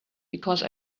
because